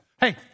Hey